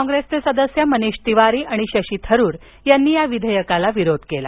कॉप्रेसचे सदस्य मनिष तिवारी आणि शशी थरूर यांनी या विधेयकाला विरोध केला